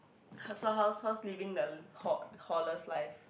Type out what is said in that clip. how so how's how's living the hall life